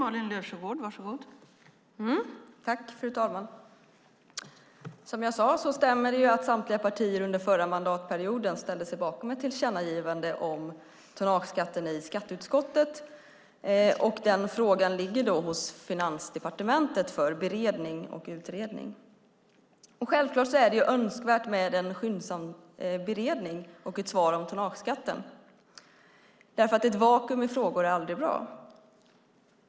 Fru talman! Som jag sade stämmer det att samtliga partier under förra mandatperioden ställde sig bakom ett tillkännagivande om tonnageskatten i skatteutskottet. Den frågan ligger hos Finansdepartementet för beredning och utredning. Självklart är det önskvärt med en skyndsam beredning och ett svar om tonnageskatten. Ett vakuum i frågor är nämligen aldrig bra.